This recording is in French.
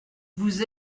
vous